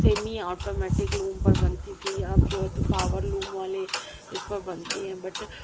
semi automatic loom پر بنتی تھیں اب جو ہے تو پاور لوم والے اس پر بنتی ہے بٹ